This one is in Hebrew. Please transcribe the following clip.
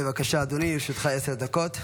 בבקשה, אדוני, לרשותך עשר דקות.